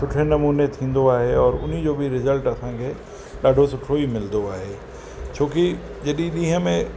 सुठे नमूने थींदो आहे और उन जो बि रिज़ल्ट असांखे ॾाढो सुठो ई मिलंदो आहे छोकी जॾहिं ॾींहं में